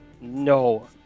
no